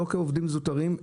לא כעובדים זוטרים,